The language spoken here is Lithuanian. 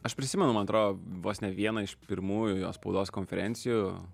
aš prisimenu man atrodo vos ne viena iš pirmųjų jo spaudos konferencijų